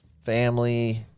family